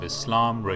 Islam